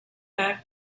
back